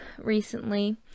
recently